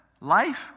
life